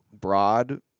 broad